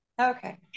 Okay